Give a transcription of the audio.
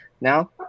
Now